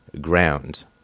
ground